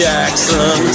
Jackson